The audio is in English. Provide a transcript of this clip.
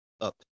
up